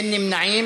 אין נמנעים.